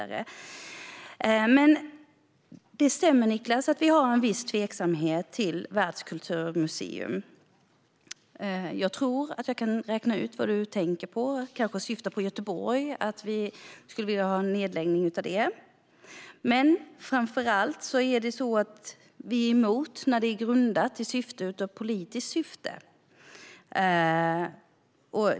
Nu har jag tagit reda på det och läst och tagit till mig. Det stämmer, Niclas, att vi har en viss tveksamhet till världskulturmuseer. Jag tror att jag kan räkna ut vad du tänker på; du kanske syftar på Göteborg och att vi skulle vilja ha en nedläggning av det. Men framför allt är vi emot när det är grundat i politiskt syfte.